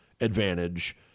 advantage